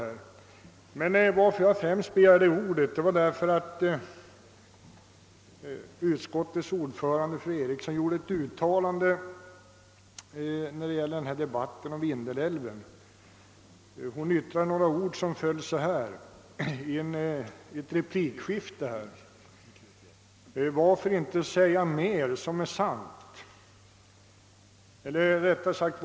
Jag begärde emellertid främst ordet därför att utskottets ordförande fru Eriksson i Stockholm i ett replikskifte i debatten om Vindelälven sade ungefär: Varför säga mer än vad som är sant?